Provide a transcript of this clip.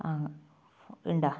ആ ഉണ്ടോ